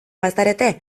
bazarete